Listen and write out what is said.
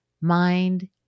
mind